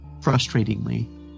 frustratingly